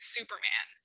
Superman